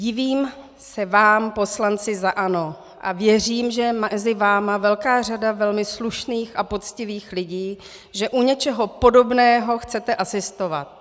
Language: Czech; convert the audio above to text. Divím se vám, poslanci za ANO, a věřím, že je mezi vámi velká řada velmi slušných a poctivých lidí, že u něčeho podobného chcete asistovat.